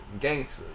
gangsters